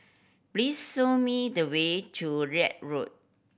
please show me the way to Larut Road